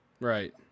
Right